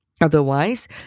Otherwise